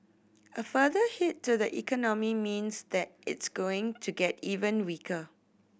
a further hit to the economy means that it's going to get even weaker